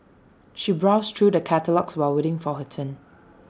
she browsed through the catalogues while waiting for her turn